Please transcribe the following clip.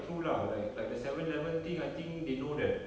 true lah like like the seven eleven thing I think they know that